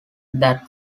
that